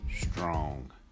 strong